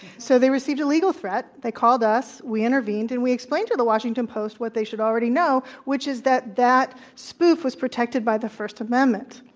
so they received a legal threat. they called us. we intervened, and we explained to the washington post what they should already know, which is that that spoof was protected by the first amendment.